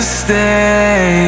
stay